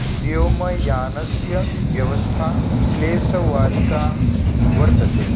व्योमयानस्य व्यवस्था क्लेशवारिका वर्तते